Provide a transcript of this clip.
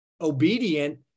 obedient